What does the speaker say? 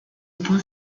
point